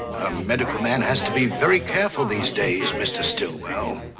a medical man has to be very careful these days, mr. stillwell.